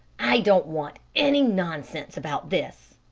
i don't want any nonsense about this,